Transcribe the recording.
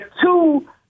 two